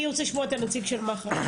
אני רוצה לשמוע את הנציג של מח"ש.